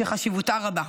שחשיבותה רבה.